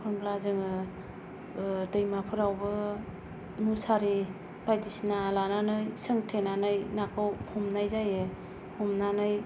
एखनब्ला जोङो दैमाफोरावबो मुसारि बायदिसिना लानानै सोंथेनानै नाखौ हमनाय जायो हमनानै